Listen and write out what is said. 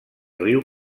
riu